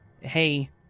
hey